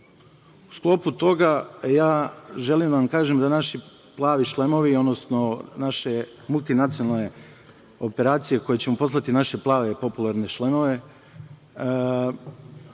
sklopu toga, ja želim da vam kažem da naši „plavi šlemovi“ odnosno naše multinacionalne operacije koje ćemo poslati naše plave, popularne šlemove,